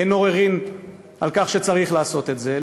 אין עוררין על כך שצריך לעשות את זה,